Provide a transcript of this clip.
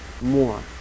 more